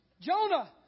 Jonah